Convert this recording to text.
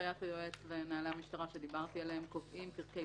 הנחיית היועץ ונהלי המשטרה שדיברתי עליהם קובעים פרקי